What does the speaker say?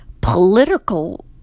political